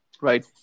right